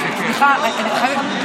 סדר-היום?